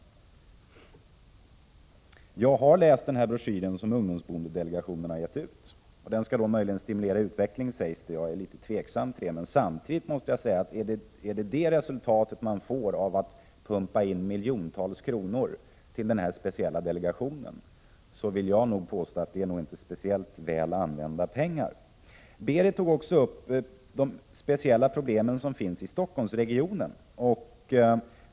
Jag har läst broschyren som ungdomsboendedelegationen har gett ut. Den skall stimulera utvecklingen, sägs det. Jag ställer mig tveksam till det. Samtidigt måste jag säga: Är det detta resultat som man får av att pumpa in miljontals kronor till denna speciella delegation, då vill jag påstå att det inte är speciellt väl använda pengar. Berit Bölander tog också upp de speciella problemen i Stockholmsregionen.